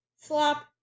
slop